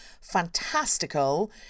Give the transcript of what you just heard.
fantastical